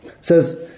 says